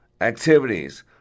activities